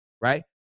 right